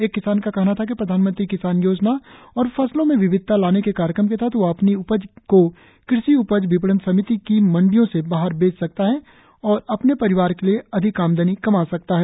एक किसान का कहना था कि प्रधानमंत्री किसान योजना और फसलों में विविधता लाने के कार्यक्रम के तहत वह अपनी उपज को कृषि उपज विपणन समिति की मंडियों से बाहर बेच सकता है और अपने परिवार के लिए अधिक आमदनी कमा सकता है